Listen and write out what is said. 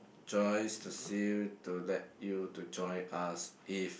Joyce to see to let you to join us if